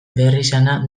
beharrizana